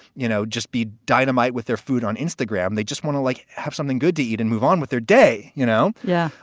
you know, just be dynamite with their food on instagram. they just want to, like, have something good to eat and move on with their day, you know? yeah.